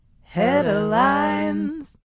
Headlines